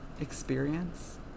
experience